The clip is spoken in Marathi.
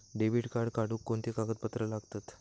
डेबिट कार्ड काढुक कोणते कागदपत्र लागतत?